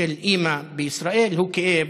של אימא בישראל הוא כאב.